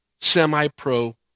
semi-pro